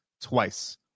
twice